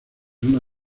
una